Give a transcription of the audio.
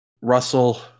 Russell